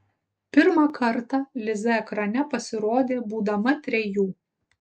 pirmą kartą liza ekrane pasirodė būdama trejų